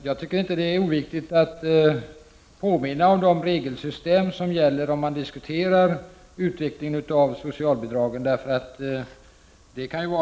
Fru talman! När man diskuterar utvecklingen av socialbidragen tycker jag inte det är oviktigt att påminna om det regelsystem som gäller. De regler som gäller i olika avseenden kan